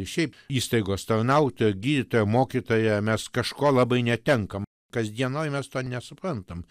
šiaip įstaigos tarnautoja gydytoja mokytoja mes kažko labai netenkam kasdienoj mes to nesuprantam